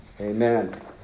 amen